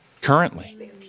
Currently